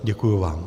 Děkuji vám.